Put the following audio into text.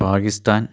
Pakistan